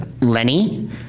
lenny